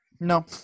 No